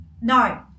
No